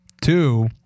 Two